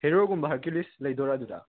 ꯍꯦꯔꯣꯒꯨꯝꯕ Hercules ꯂꯩꯗꯣꯏꯔꯥ ꯑꯗꯨꯗ